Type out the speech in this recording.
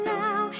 now